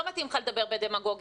לא מתאים לך לדבר בדמגוגיה,